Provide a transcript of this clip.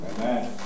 Amen